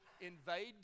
invade